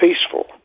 peaceful